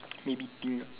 made me think